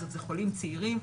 ובחולים צעירים,